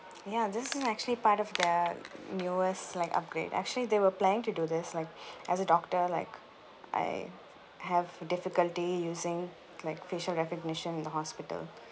ya this is actually part of their newest like upgrade actually they were planning to do this like as a doctor like I have difficulty using like facial recognition in the hospital